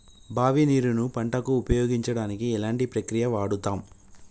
బావి నీరు ను పంట కు ఉపయోగించడానికి ఎలాంటి ప్రక్రియ వాడుతం?